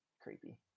creepy